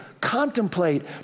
contemplate